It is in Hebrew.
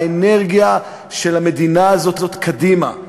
האנרגיה של המדינה הזאת קדימה.